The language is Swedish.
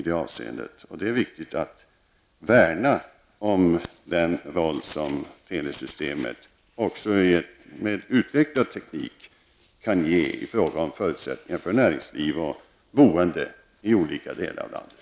Det är viktigt att värna om den roll som telesystemet också med en utvecklad teknik kan ge i fråga om förutsättningar för näringsliv och boende i olika delar av landet.